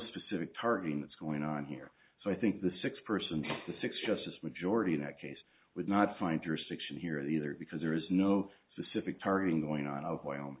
specific targeting that's going on here so i think the six person the six justice majority in that case would not find your six in here the other because there is no specific targeting going on of oil